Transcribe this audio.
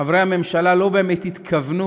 חברי הממשלה לא באמת התכוונו,